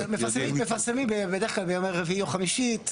מפרסמים בדרך כלל בימי רביעי או חמישי את